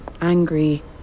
angry